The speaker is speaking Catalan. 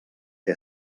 que